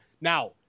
Now